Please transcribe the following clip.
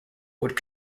would